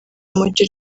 umujyi